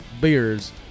beers